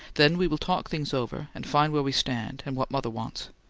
then we will talk things over, and find where we stand, and what mother wants.